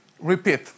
Repeat